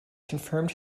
confirmed